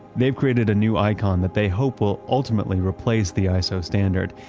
they've created a new icon that they hope will ultimately replace the iso standard.